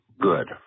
good